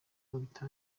nk’uko